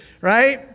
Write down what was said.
Right